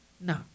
No